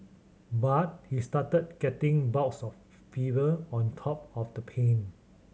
but he started getting bouts of fever on top of the pain